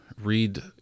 read